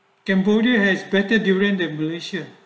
cambodia has better durian in malaysia